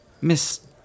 Miss